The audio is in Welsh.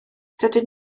dydyn